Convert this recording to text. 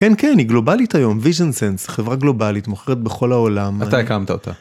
כן כן היא גלובלית היום vision sense חברה גלובלית מוכרת בכל העולם, אתה הקמת אותה.